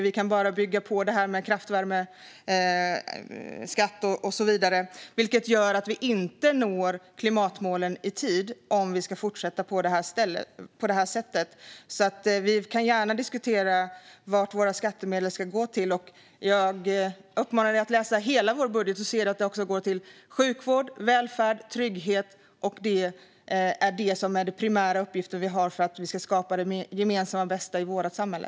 Vi kan bara bygga på det med kraftvärmeskatt och så vidare. Om vi ska fortsätta på det här sättet kommer vi dock inte att nå klimatmålen i tid. Vi kan gärna diskutera vart våra skattemedel ska gå. Jag uppmanar Patrik Engström att läsa hela vår budget, så ser han att de också går till sjukvård, välfärd och trygghet. Det är det som är vår primära uppgift för att skapa det gemensamma bästa i vårt samhälle.